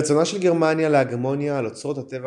רצונה של גרמניה להגמוניה על אוצרות הטבע